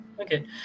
Okay